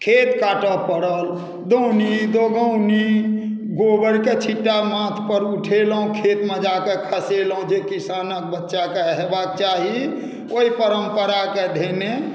खेत ताकय पड़ल दोमनी दोगौनी गोबरके छिट्टा माथपर उठेलहुँ खेतमे जा कऽ खसेलहुँ जे किसानक बच्चाके होयबाक चाही ओहि परम्पराके धेने